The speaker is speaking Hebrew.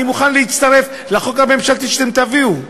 אני מוכן להצטרף לחוק הממשלתי שאתם תביאו,